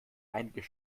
einiges